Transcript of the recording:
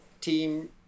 Team